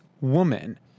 woman